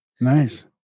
nice